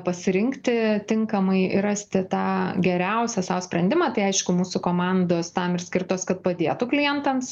pasirinkti tinkamai rasti tą geriausią sau sprendimą tai aišku mūsų komandos tam ir skirtos kad padėtų klientams